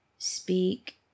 Speak